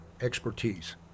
expertise